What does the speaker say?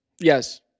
Yes